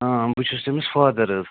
آ بہٕ چھُس تٔمِس فادَر حظ